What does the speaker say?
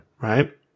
Right